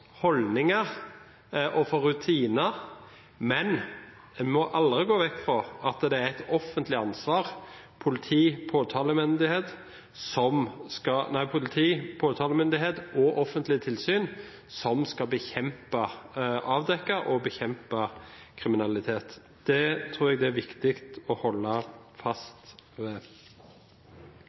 holdninger og rutiner, men man må aldri gå bort fra at det er et offentlig ansvar – politi, påtalemyndighet og offentlige tilsyn – å avdekke og bekjempe kriminalitet. Det tror jeg er viktig å holde fast